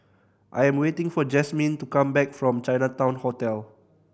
I'm waiting for Jazmine to come back from Chinatown Hotel